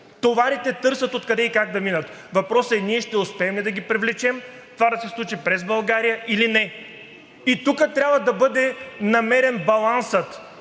товарите търсят откъде и как да минат! Въпросът е: ние ще успеем ли да ги привлечем това да се случи през България или не? И тук трябва да бъде намерен балансът